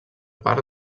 part